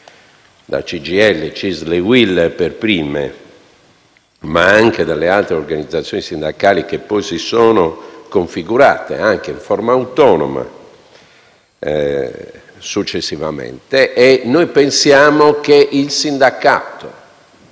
da CGIL, CISL e UIL per prime, ma anche dalle altre organizzazioni sindacali che poi si sono configurate in forma autonoma. Noi pensiamo che il sindacato,